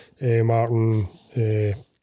Martin